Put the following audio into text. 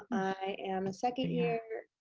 i am a second year